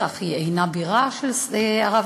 אך היא אינה הבירה של ערב-הסעודית,